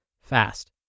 fast